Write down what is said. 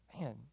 Man